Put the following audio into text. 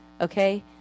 okay